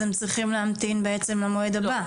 אז בעצם הם צריכים להמתין למועד הבא.